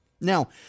Now